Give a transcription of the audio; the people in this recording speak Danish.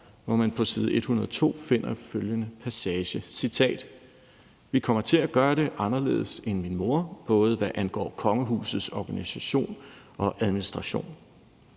hvor man på side 102 finder følgende passage: »Vi kommer til at gøre det anderledes end min mor, både hvad angår kongehusets organisation og administration.«